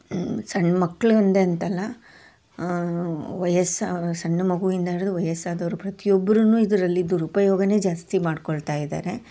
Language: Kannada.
ಸಣ್ಣ ಮಕ್ಳು ಒಂದೇ ಅಂತಲ್ಲ ವಯಸ್ಸ ಸಣ್ಣ ಮಗುವಿಂದ ಹಿಡಿದು ವಯಸ್ಸಾದವರು ಪ್ರತಿ ಒಬ್ರೂನು ಇದರಲ್ಲಿ ದುರುಪಯೋಗನೇ ಜಾಸ್ತಿ ಮಾಡಿಕೊಳ್ತಾ ಇದ್ದಾರೆ